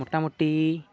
ᱢᱳᱴᱟᱢᱩᱴᱤ